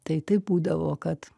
tai taip būdavo kad